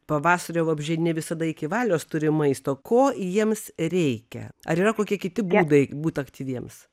pavasarį vabzdžiai ne visada iki valios turi maisto ko jiems reikia ar yra kokie kiti būdai būt aktyviems